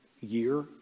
year